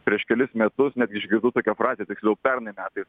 prieš kelis metus netgi išgirdau tokią fraze tiksliau pernai metais